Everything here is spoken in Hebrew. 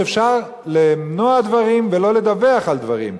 אפשר למנוע דברים ולא לדווח על דברים.